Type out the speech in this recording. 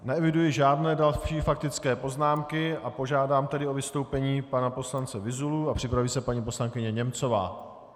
Neeviduji žádné další faktické poznámky a požádám tedy o vystoupení pana poslance Vyzulu a připraví se paní poslankyně Němcová.